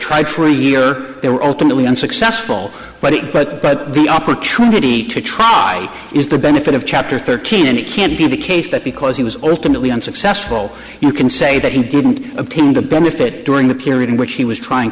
tried for a year they were ultimately unsuccessful but it but the opportunity to try is the benefit of chapter thirteen and it can't be the case that because he was alternately unsuccessful you can say that he didn't obtain the benefit during the period in which he was trying